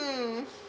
mm